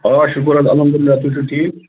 آ شُکُر حظ الحمدُللہ تُہۍ چھِو ٹھیٖک